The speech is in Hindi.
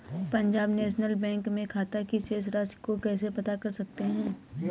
पंजाब नेशनल बैंक में खाते की शेष राशि को कैसे पता कर सकते हैं?